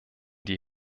die